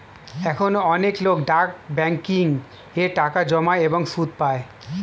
এখনো অনেক লোক ডাক ব্যাংকিং এ টাকা জমায় এবং সুদ পায়